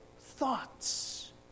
thoughts